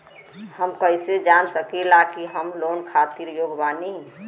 हम कईसे जान सकिला कि हम लोन खातिर योग्य बानी?